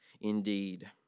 indeed